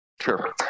Sure